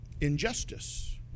Injustice